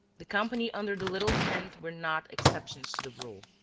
the company under the little tent were not exceptions to the rule.